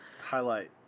Highlight